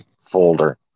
folder